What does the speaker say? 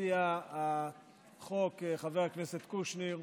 מציע החוק חבר הכנסת קושניר,